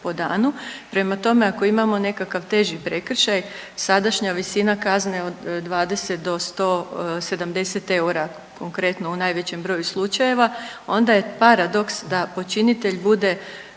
Prema tome, ako imamo neki teži prekršaj sadašnja visina kazne od 20 do 170 eura konkretno u najvećem broju slučajeva onda je paradoks da počinitelj bude